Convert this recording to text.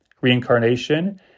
reincarnation